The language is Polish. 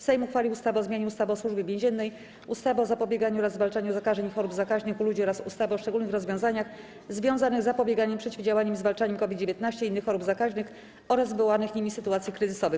Sejm uchwalił ustawę o zmianie ustawy o Służbie Więziennej, ustawy o zapobieganiu oraz zwalczaniu zakażeń i chorób zakaźnych u ludzi oraz ustawy o szczególnych rozwiązaniach związanych z zapobieganiem, przeciwdziałaniem i zwalczaniem COVID-19, innych chorób zakaźnych oraz wywołanych nimi sytuacji kryzysowych.